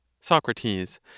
SOCRATES